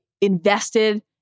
invested